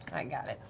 i got it.